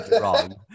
wrong